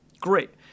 Great